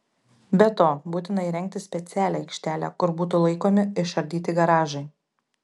be to būtina įrengti specialią aikštelę kur būtų laikomi išardyti garažai